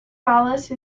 wallace